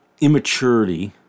immaturity